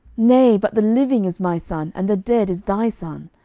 nay but the living is my son, and the dead is thy son.